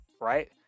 Right